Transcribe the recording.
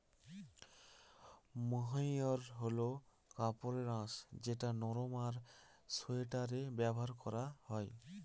মহাইর হল কাপড়ের আঁশ যেটা নরম আর সোয়াটারে ব্যবহার করা হয়